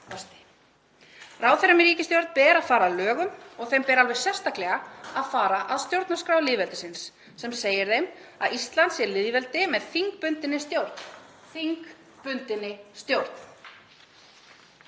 Ráðherrum í ríkisstjórn ber að fara að lögum og þeim ber alveg sérstaklega að fara að stjórnarskrá lýðveldisins sem segir þeim að Ísland sé lýðveldi með þingbundinni stjórn — þingbundinni stjórn.